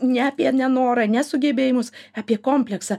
ne apie nenorą ne sugebėjimus apie kompleksą